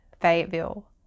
Fayetteville